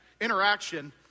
interaction